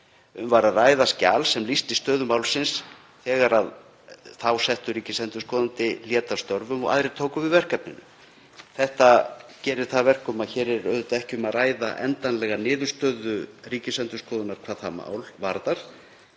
Um var að ræða skjal sem lýsti stöðu málsins þegar þá settur Ríkisendurskoðandi lét af störfum og aðrir tóku við verkefninu. Þetta gerir það að verkum að hér er auðvitað ekki um að ræða endanlega niðurstöðu Ríkisendurskoðunar hvað það mál varðar.